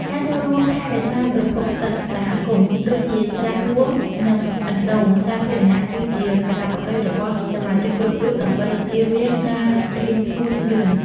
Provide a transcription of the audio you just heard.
ការចូលរួមថែរក្សាប្រភពទឹកសហគមន៍ដូចជាស្រះរួម និងអណ្តូងសាធារណៈគឺជាកាតព្វកិច្ចរបស់សមាជិកគ្រប់រូបដើម្បីជៀសវាងការរីងស្ងួតលឿន។